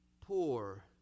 poor